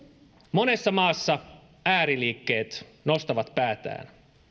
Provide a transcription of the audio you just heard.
monessa maassa ääriliikkeet nostavat päätään